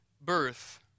birth